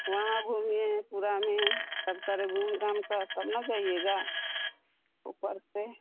वहाँ घूमिए पूरा में सब तरह घूम घामकर तब न जाइएगा ऊपर से